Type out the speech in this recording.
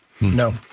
No